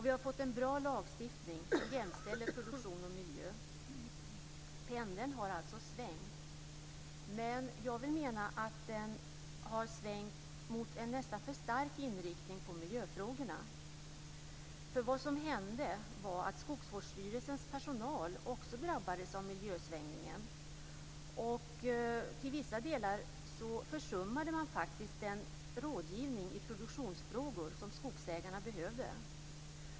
Vi har fått en bra lagstiftning som jämställer produktion och miljö. Pendeln har alltså svängt. Jag menar dock att den har svängt mot en nästan för stark inriktning på miljöfrågorna. Vad som hände var nämligen att Skogsvårdsstyrelsens personal också drabbades av miljösvängningen. Till vissa delar försummade man faktiskt den rådgivning i produktionsfrågor som skogsägarna behövde.